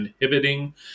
inhibiting